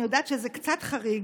אני יודעת שזה קצת חריג,